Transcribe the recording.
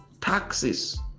taxes